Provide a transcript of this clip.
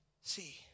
See